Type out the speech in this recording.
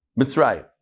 Mitzrayim